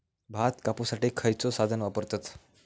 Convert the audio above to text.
भात कापुसाठी खैयचो साधन वापरतत?